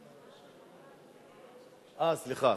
אה, סליחה.